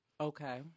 Okay